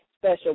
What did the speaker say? special